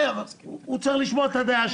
הוא צריך לשמוע את הדעה שלך.